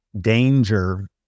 danger